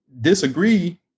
disagree